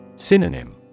Synonym